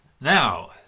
Now